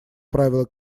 правило